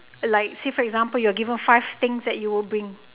like say for example you are given five things that you will bring